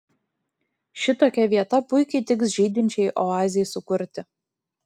šitokia vieta puikiai tiks žydinčiai oazei sukurti